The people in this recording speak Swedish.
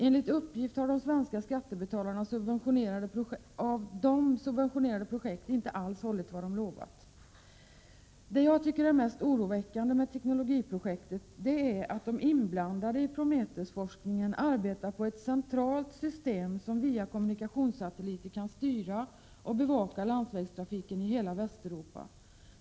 Enligt uppgift har detta av de svenska skattebetalarna subventionerade projekt inte alls hållit vad det lovat. Det som jag tycker är det mest oroväckande med teknologiprojektet är att de inblandade i Prometheusforskningen arbetar på ett centralt system som via kommunikationssatelliter kan styra och bevaka landsvägstrafiken i hela Västeuropa.